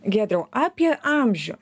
giedriau apie amžių